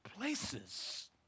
places